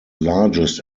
largest